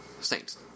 Saints